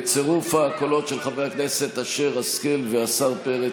בצירוף הקולות של חברי הכנסת השכל ואשר והשר פרץ,